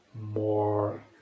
more